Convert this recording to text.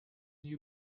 you